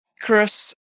Chris